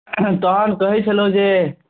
तखन कहै छलहुँ जे